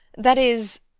that is,